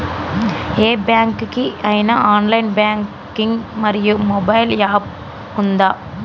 ఏ bank కి ఐనా online banking మరియు మొబైల్ యాప్ ఉందా?